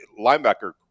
linebacker